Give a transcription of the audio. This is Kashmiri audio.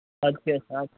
اَدٕ کیٛاہ حظ اَدٕ